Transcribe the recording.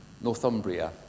Northumbria